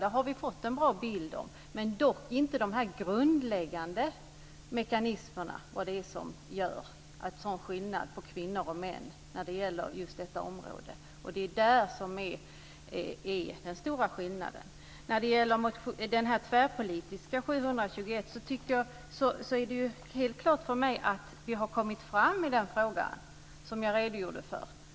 Detta har vi fått en bra bild av men dock inte av de grundläggande mekanismer som gör en sådan skillnad på kvinnor och män på just detta område. Det är det som är den stora skillnaden. När det gäller den tvärpolitiska motionen 721 är det helt klart för mig att vi har kommit fram i den frågan, såsom jag redogjorde för.